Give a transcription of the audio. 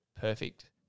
perfect